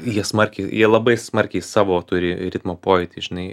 jie smarkiai jie labai smarkiai savo turi ritmo pojūtį žinai